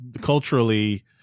culturally